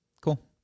Cool